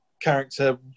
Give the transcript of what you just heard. Character